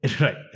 Right